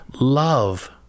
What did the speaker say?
love